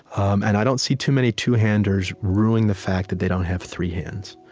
um and i don't see too many two-handers ruing the fact that they don't have three hands.